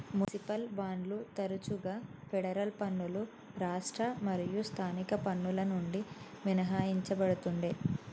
municipal బాండ్లు తరచుగా federal పన్నులు రాష్ట్ర మరియు స్థానిక పన్నుల నుండి మినహాయించబడతుండే